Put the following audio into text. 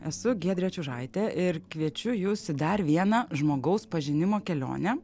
esu giedrė čiūžaitė ir kviečiu jus į dar vieną žmogaus pažinimo kelionę